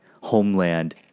homeland